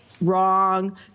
wrong